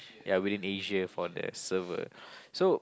ya within Asia for the server so